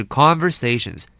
conversations